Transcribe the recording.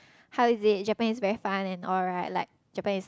how is it Japan is very fun and all right like Japan is